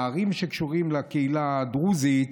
לערים שקשורות לקהילה הדרוזית,